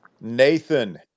Nathan